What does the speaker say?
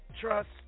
Trust